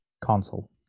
console